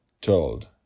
Told